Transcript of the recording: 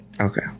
Okay